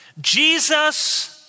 Jesus